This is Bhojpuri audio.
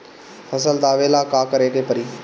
फसल दावेला का करे के परी?